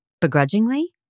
begrudgingly